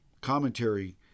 commentary